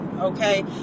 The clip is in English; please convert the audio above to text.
Okay